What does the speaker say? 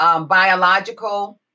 biological